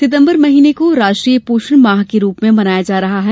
सितम्बर महीने को राष्ट्रीय पोषण माह के रुप में मनाया जा रहा है